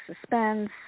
suspense